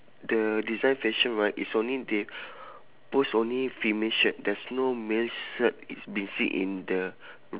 the design fashion right is only they post only female shirt there's no male shirt exhibit in the